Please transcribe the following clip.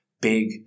big